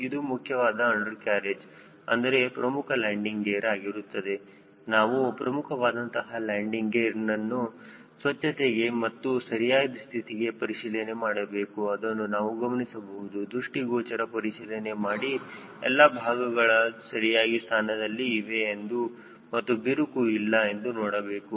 ಇದು ಮುಖ್ಯವಾದ undercarriage ಅಂದರೆ ಪ್ರಮುಖ ಲ್ಯಾಂಡಿಂಗ್ ಗೇರ್ ಆಗಿರುತ್ತದೆ ನಾವು ಪ್ರಮುಖವಾದಂತಹ ಲ್ಯಾಂಡಿಂಗ್ ಗೇರ್ನ್ನು ಸ್ವಚ್ಛತೆಗೆ ಮತ್ತು ಸರಿಯಾದ ಸ್ಥಿತಿಗೆ ಪರಿಶೀಲನೆ ಮಾಡಬೇಕು ಅದನ್ನೂ ನಾವು ಗಮನಿಸಬೇಕು ದೃಷ್ಟಿಗೋಚರ ಪರಿಶೀಲನೆ ಮಾಡಿ ಎಲ್ಲಾ ಭಾಗಗಳು ಸರಿಯಾದ ಸ್ಥಾನದಲ್ಲಿ ಇವೆ ಎಂದು ಮತ್ತು ಬಿರುಕು ಇಲ್ಲ ಎಂದು ನೋಡಬೇಕು